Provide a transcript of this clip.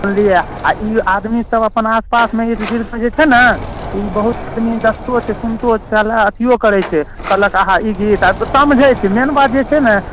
सुनलियै आ ई आदमीसभ अपन आस पासमे इर्द गिर्दमे जे छै ने ई बहुत देखतो छै सुनितो छै आओर एकरा लेल अथियो करैत छै कहलक आहा ई गीत आ समझैत छै मेन बात जे छै ने